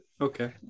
Okay